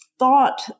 thought